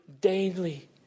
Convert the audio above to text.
daily